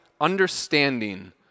understanding